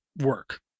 work